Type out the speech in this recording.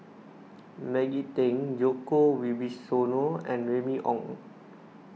Maggie Teng Djoko Wibisono and Remy Ong